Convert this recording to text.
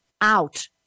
out